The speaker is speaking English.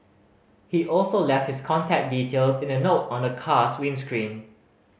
he also left his contact details in a note on the car's windscreen